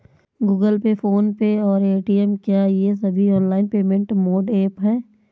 Google Pay PhonePe और Paytm क्या ये सभी ऑनलाइन पेमेंट मोड ऐप हैं?